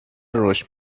رشد